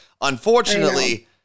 Unfortunately